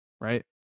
right